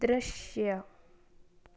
ದೃಶ್ಯ